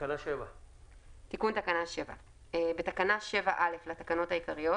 תקנה 7. תיקון תקנה 7 בתקנה 7(א) לתקנות העיקריות